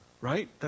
Right